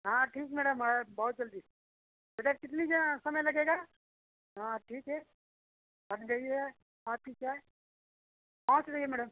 हाँ ठीक मैडम बहुत जल्दी बेटर कितनी जल्दी समय लगेगा हाँ ठीक है बन गई है आपकी चाय पहुँच रही है मैडम